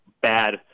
bad